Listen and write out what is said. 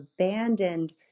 abandoned